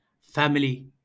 family